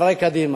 חברי קדימה,